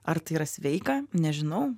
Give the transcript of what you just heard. ar tai yra sveika nežinau